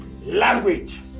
language